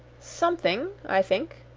something, i think?